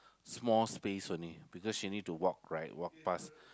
small space only because she need to walk right walk past